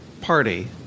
party